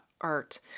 art